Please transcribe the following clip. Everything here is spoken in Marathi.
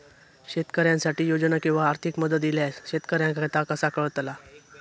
शेतकऱ्यांसाठी योजना किंवा आर्थिक मदत इल्यास शेतकऱ्यांका ता कसा कळतला?